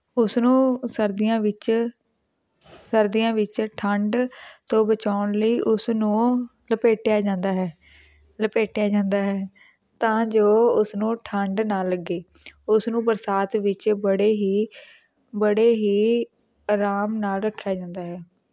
ਉਸ ਨੂੰ ਸਰਦੀਆਂ ਵਿੱਚ ਸਰਦੀਆਂ ਵਿੱਚ ਠੰਡ ਤੋਂ ਬਚਾਉਣ ਲਈ ਉਸਨੂੰ ਲਪੇਟਿਆ ਜਾਂਦਾ ਹੈ ਲਪੇਟਿਆ ਜਾਂਦਾ ਹੈ ਤਾਂ ਜੋ ਉਸਨੂੰ ਠੰਡ ਨਾ ਲੱਗੇ ਉਸਨੂੰ ਬਰਸਾਤ ਵਿੱਚ ਬੜੇ ਹੀ ਬੜੇ ਹੀ ਆਰਾਮ ਨਾਲ ਰੱਖਿਆ ਜਾਂਦਾ ਹੈ